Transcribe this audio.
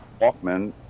Walkman